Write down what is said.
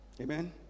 Amen